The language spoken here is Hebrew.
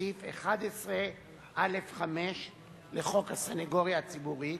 בסעיף 11(א)(5) לחוק הסניגוריה הציבורית,